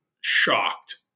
shocked